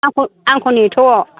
आंखौ नेथ'